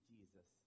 Jesus